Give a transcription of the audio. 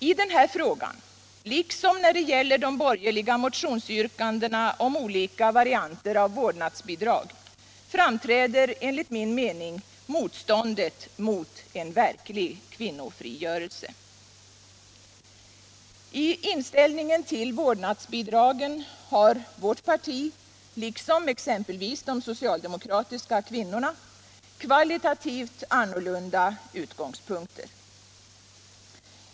I den här frågan, liksom när det gäller de borgerliga motionsyrkandena om olika varianter av vårdnadsbidrag, framträder enligt min mening motståndet mot en verklig kvinnofrigörelse. I inställningen till vårdnadsbidragen har vårt parti liksom exempelvis de socialdemokratiska kvinnorna kvalitativt annorlunda utgångspunkter än majoriteten.